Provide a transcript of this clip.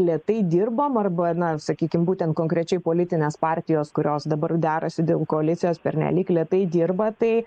lėtai dirbam arba na sakykim būtent konkrečiai politinės partijos kurios dabar derasi dėl koalicijos pernelyg lėtai dirba tai